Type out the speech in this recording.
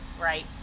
right